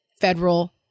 federal